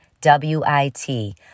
W-I-T